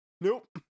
Nope